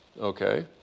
okay